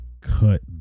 cut